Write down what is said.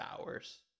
hours